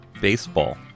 Baseball